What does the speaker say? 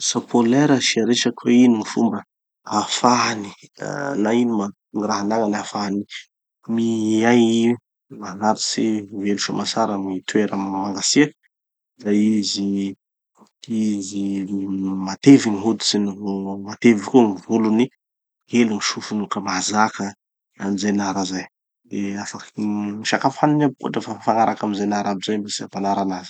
Ours polaire asiak resaky hoe ino gny fomba ahafahany ah na ino ma- raha anagnany ahafahany miay maharitsy, velo soa amantsara amy gny toera mangatsiaky. Da izy, izy matevy gny hoditsiny no matevy koa gny volony, kely gny sofiny ka mahazaka anizay nara zay. De afaky, gny sakafo haniny aby koa dra fa mifagnaraky amy ze nara aby zay mba tsy hampanara anazy.